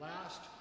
Last